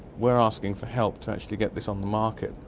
we're asking for help to actually get this on the market.